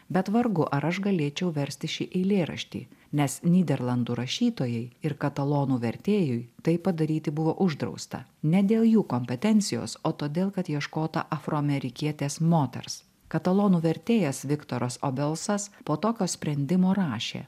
bet vargu ar aš galėčiau versti šį eilėraštį nes nyderlandų rašytojai ir katalonų vertėjui tai padaryti buvo uždrausta ne dėl jų kompetencijos o todėl kad ieškota afroamerikietės moters katalonų vertėjas viktoras obelsas po tokio sprendimo rašė